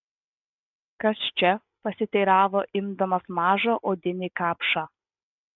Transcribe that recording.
kas čia pasiteiravo imdamas mažą odinį kapšą